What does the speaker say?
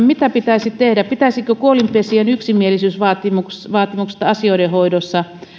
mitä pitäisi tehdä pitäisikö kuolinpesien yksimielisyysvaatimuksista asioiden hoidossa